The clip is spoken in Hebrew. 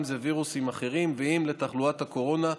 אם זה לווירוסים אחרים ואם זה לתחלואת הקורונה,